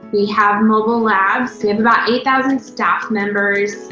we have mobile labs. we have about eight thousand staff members.